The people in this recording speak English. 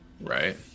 right